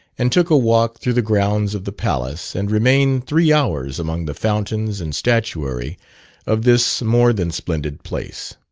and took a walk through the grounds of the palace, and remained three hours among the fountains and statuary of this more than splendid place.